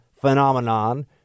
phenomenon